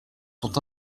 sont